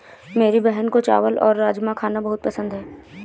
मेरी बहन को चावल और राजमा खाना बहुत पसंद है